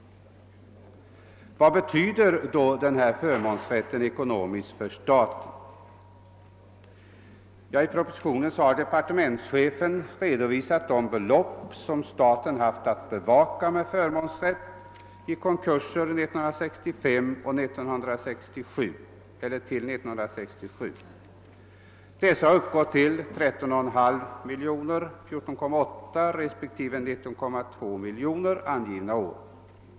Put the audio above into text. Vad betyder då denna förmånsrätt ekonomiskt för staten? I propositionen har departementschefen redovisat de belopp som staten haft att bevaka med förmånsrätt i konkurser under tiden 1965—1967. Dessa har uppgått till 13,5 miljoner, 14,8 miljoner respektive 19,2 miljoner angivna år.